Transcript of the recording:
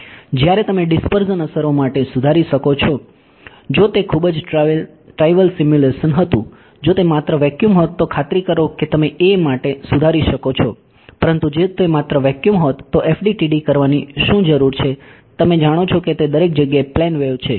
જ્યારે તમે ડીસ્પર્ઝન અસરો માટે સુધારી શકો છો જો તે ખૂબ જ ટ્રાઈવલ સિમ્યુલેશન હતું જો તે માત્ર વેક્યુમ હોત તો ખાતરી કરો કે તમે a માટે સુધારી શકો છો પરંતુ જો તે માત્ર વેક્યુમ હોત તો FDTD કરવાની શું જરૂર છે તમે જાણો છો કે તે દરેક જગ્યાએ પ્લેન વેવ છે